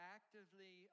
actively